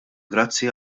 grazzi